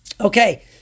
Okay